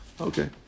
okay